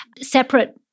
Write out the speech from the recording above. separate